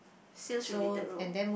sales related role